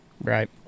Right